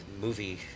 movie